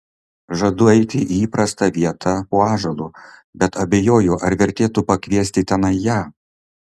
žadu eiti į įprastą vietą po ąžuolu bet abejoju ar vertėtų pakviesti tenai ją